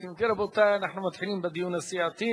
אם כן, רבותי, אנחנו מתחילים בדיון הסיעתי.